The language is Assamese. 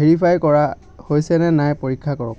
ভেৰিফাই কৰা হৈছেনে নাই পৰীক্ষা কৰক